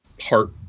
heart